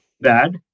bad